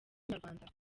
inyarwanda